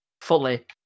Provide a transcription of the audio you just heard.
Fully